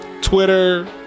Twitter